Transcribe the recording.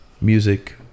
music